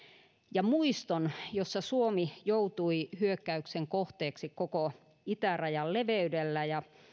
ja muiston jossa suomi joutui hyökkäyksen kohteeksi koko itärajan leveydellä ja